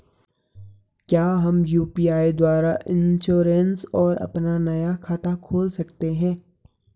क्या हम यु.पी.आई द्वारा इन्श्योरेंस और अपना नया खाता खोल सकते हैं?